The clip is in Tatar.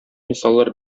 мисаллар